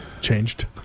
Changed